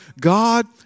God